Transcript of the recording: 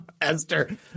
Esther